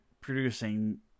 producing